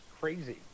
crazy